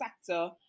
sector